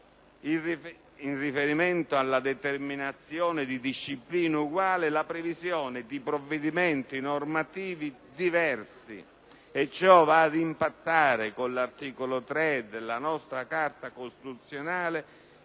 in riferimento alla determinazione di disciplina uguale, vi è una previsione di provvedimenti normativi diversi, e ciò va ad impattare con l'articolo 3 della nostra Carta costituzionale,